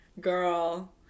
girl